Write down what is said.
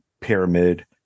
pyramid